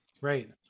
Right